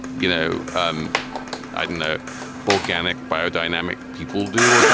you know um i don't know organic biodynamic people do